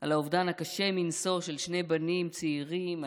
על האובדן הקשה מנשוא של שני בנים צעירים,